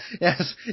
Yes